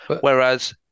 Whereas